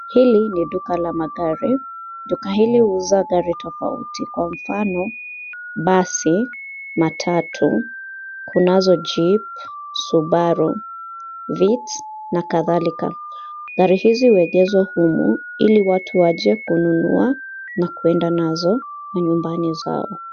Hili ni duka la magari, duka hili huuza gari tofauti kwa mfano basi, matatu, kunazo Jeep, Subaru, Vitz na kadhalika. Gari hizo huegezwa humu ili watu waje kununua na kuenda nazo manyumbani zao.